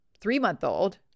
three-month-old